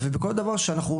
ובכל דבר שאנחנו,